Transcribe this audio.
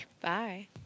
Bye